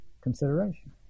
consideration